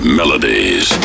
melodies